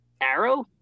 arrow